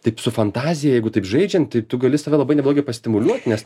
taip su fantazija jeigu taip žaidžiant tai tu gali save labai neblogai pastimuliuot nes